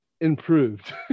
improved